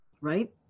right